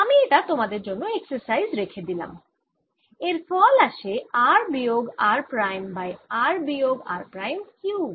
আমি এটা তোমাদের জন্য এক্সারসাইজ রেখে দিলাম এর ফল আসে r বিয়োগ r প্রাইম বাই r বিয়োগ r প্রাইম কিউব